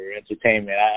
entertainment